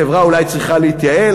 החברה אולי צריכה להתייעל,